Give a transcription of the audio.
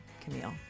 Camille